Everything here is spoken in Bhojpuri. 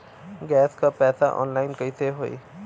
गैस क पैसा ऑनलाइन कइसे होई?